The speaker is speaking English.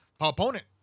opponent